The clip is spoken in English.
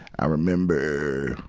i remember,